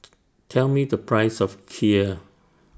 Tell Me The Price of Kheer